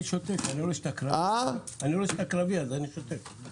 אני רואה שאתה קרבי אז אני שותק.